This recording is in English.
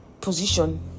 position